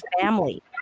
family